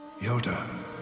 Yoda